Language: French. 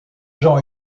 jean